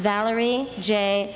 valerie jay